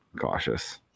cautious